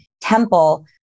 temple